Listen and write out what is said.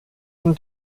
sind